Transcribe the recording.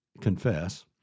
confess